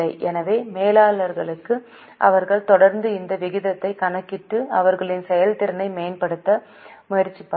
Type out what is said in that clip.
எனவே மேலாளர்களுக்கு அவர்கள் தொடர்ந்து இந்த விகிதத்தைக் கணக்கிட்டு அவர்களின் செயல்திறனை மேம்படுத்த முயற்சிப்பார்கள்